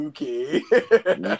Okay